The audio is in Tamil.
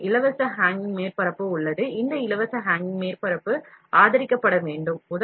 உங்களிடம் free hanging மேற்பரப்பு உள்ளது இந்த free hanging மேற்பரப்பு ஆதரிக்கப்பட வேண்டும்